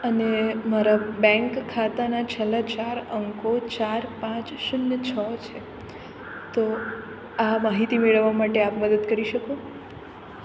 અને મારા બેન્ક ખાતાના છેલ્લા ચાર અંકો ચાર પાંચ શૂન્ય છ છે તો આ માહિતી મેળવવા માટે આપ મદદ કરી શકો